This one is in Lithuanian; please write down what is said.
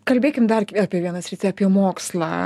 kalbėkim dar apie vieną sritį apie mokslą